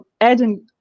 adding